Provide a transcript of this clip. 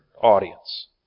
audience